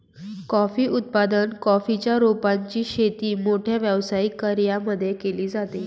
coffee उत्पादन, coffee च्या रोपांची शेती मोठ्या व्यावसायिक कर्यांमध्ये केली जाते